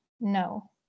No